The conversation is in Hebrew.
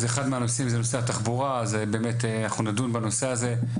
אחד מהנושאים זה נושא התחבורה אנחנו נדון בנושא הזה,